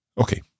Okay